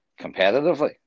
competitively